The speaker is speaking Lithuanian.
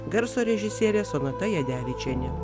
garso režisierė sonata jadevičienė